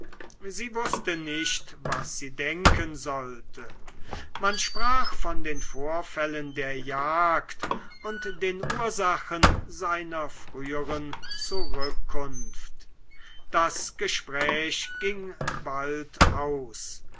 sie wußte nicht was sie denken sollte man sprach von den vorfällen der jagd und den ursachen seiner früheren zurückkunft das gespräch ging bald aus